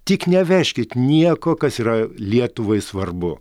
tik nevežkit nieko kas yra lietuvai svarbu